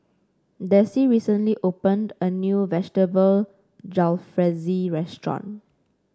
Dessie recently opened a new Vegetable Jalfrezi restaurant